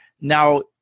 now